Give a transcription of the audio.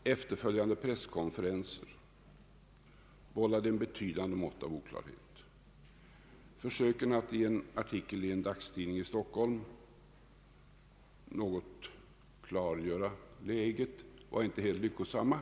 och efterföljande presskonferenser vållade ett betydande mått av oklarhet. Försöken att i en artikel i en dagstidning i Stockholm nå got klargöra läget var inte heller lyckosamma.